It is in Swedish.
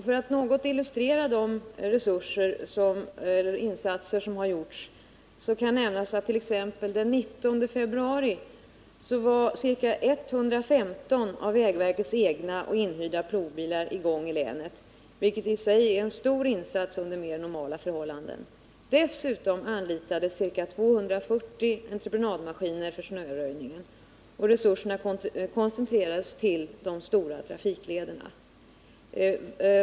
För att något illustrera de insatser som har gjorts kan jag nämna t.ex. att den 19 februari var ca 115 av vägverkets egna och inhyrda plogbilar i gång i länet, vilket i sig är en stor insats under mer normala förhållanden. Dessutom anlitades ca 240 entreprenadmaskiner för snöröjningen. Resurserna koncentrerades till de stora trafiklederna.